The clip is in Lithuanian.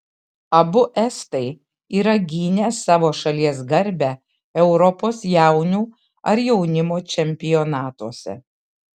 abu estai yra gynę savo šalies garbę europos jaunių ar jaunimo čempionatuose